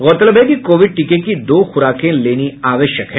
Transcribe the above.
गौरतलब है कि कोविड टीके की दो खुराके लेनी आवश्यक है